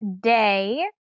day